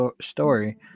story